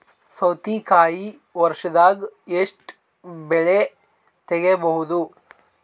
ಸೌತಿಕಾಯಿ ವರ್ಷದಾಗ್ ಎಷ್ಟ್ ಬೆಳೆ ತೆಗೆಯಬಹುದು?